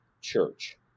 church